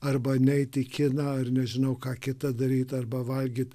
arba neit į kiną ar nežinau ką kita daryt arba valgyt